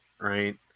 right